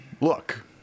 look